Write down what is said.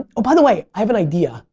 oh by the way, i have an idea,